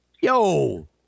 Yo